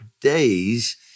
days